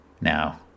Now